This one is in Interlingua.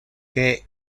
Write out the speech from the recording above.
que